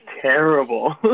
terrible